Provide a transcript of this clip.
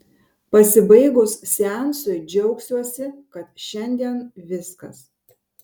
pasibaigus seansui džiaugsiuosi kad šiandien viskas